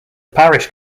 parish